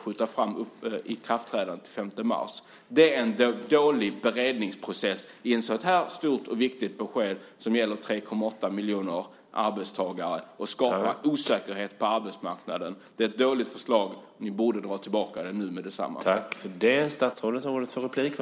skjuta fram ikraftträdandet till den 5 mars. Det är en dålig beredningsprocess i ett så här stort och viktigt besked som gäller 3,8 miljoner arbetstagare. Det skapar osäkerhet på arbetsmarknaden. Det är ett dåligt förslag. Ni borde dra tillbaka det meddetsamma.